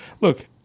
Look